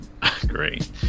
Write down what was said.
Great